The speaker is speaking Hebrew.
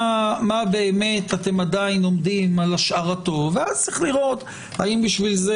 מה באמת אתם עדיין עומדים על השארתו ואז יש לראות האם בשביל זה